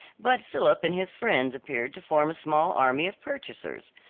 but philip and his friends appeared to form a small army of purchasers.